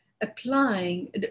applying